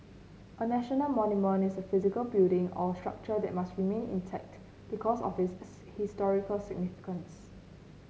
a national monument is a physical building or structure that must remain intact because of its its historical significance